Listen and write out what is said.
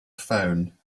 phone